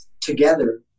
together